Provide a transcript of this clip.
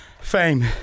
Fame